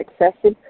excessive